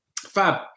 Fab